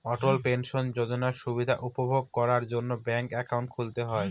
অটল pension যোজনার সুবিধা উপভোগ করার জন্য ব্যাঙ্ক একাউন্ট খুলতে হয়